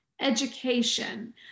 education